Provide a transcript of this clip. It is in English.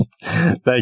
Thank